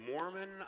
Mormon